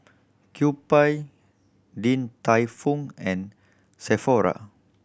Kewpie Din Tai Fung and Sephora